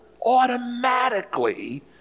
automatically